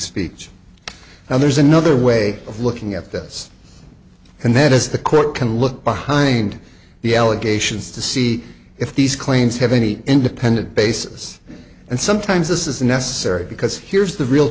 speech now there's another way of looking at this and that is the court can look behind the allegations to see if these claims have any independent basis and sometimes this is necessary because here's the real